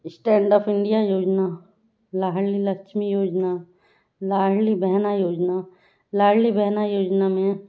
stand up India योजना लाडली लक्ष्मी योजना लाडली बहना योजना लाडली बहना योजना में